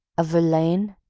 of verlaine?